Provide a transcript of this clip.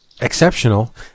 exceptional